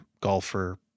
golfer